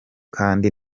kandi